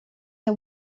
her